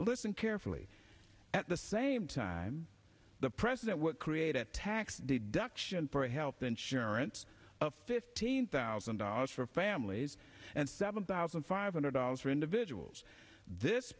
listen carefully at the same time the president would create a tax deduction for health insurance fifteen thousand dollars for families and seven thousand five hundred dollars for individuals this